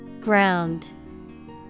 Ground